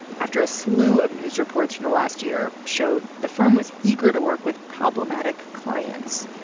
after a slew of news reports in the last year showed the firm was eager to work with problematic clients,